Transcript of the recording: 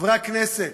חברי הכנסת,